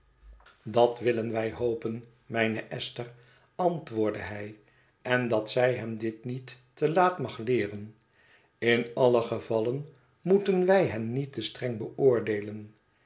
dat willen wij hopen mijne esther antwoordde hij en dat zij hem dit niet te laat mag leeren in allen gevalle moeten wij hem niet te streng beoordeelen